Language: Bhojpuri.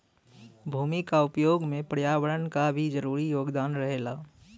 भूमि क उपयोग में पर्यावरण क भी जरूरी योगदान रहेला